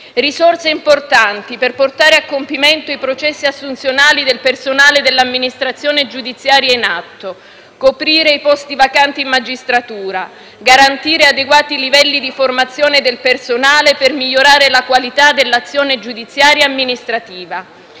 risorse importanti per portare a compimento i processi assunzionali del personale dell'amministrazione giudiziaria in atto, coprire i posti vacanti in magistratura, garantire adeguati livelli di formazione del personale per migliorare la qualità dell'azione giudiziaria e amministrativa;